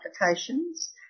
applications